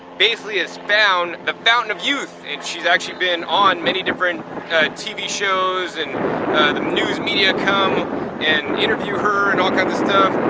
basically has found the fountain of youth. and she's actually been on many different tv shows and the news media come and interview her and kinds kind of stuff.